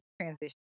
transition